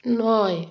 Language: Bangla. নয়